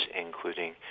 including